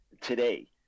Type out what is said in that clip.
today